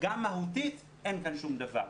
גם מהותית אין כאן שום דבר.